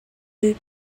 deux